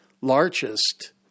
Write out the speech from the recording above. largest